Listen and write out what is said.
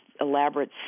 elaborate